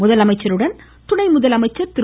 முதலமைச்சருடன் துணை முதலமைச்சர் திரு